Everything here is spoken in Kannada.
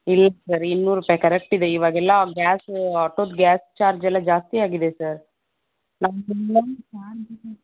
ಇಲ್ಲ ಸರ್ ಇನ್ನೂರು ರೂಪಾಯಿ ಕರೆಕ್ಟ್ ಇದೆ ಇವಾಗೆಲ್ಲ ಗ್ಯಾಸ ಆಟೋದು ಗ್ಯಾಸ್ ಚಾರ್ಜೆಲ್ಲ ಜಾಸ್ತಿ ಆಗಿದೆ ಸರ್